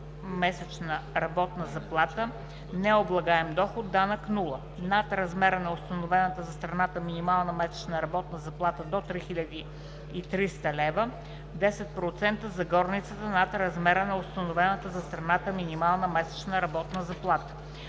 месечна работна заплата. Необлагаем доход. Данък – нула. Над размера на установената за страната минимална месечна работна заплата до 3300 лв. – 10% за горницата над размера на установената за страната минимална месечна работна заплата.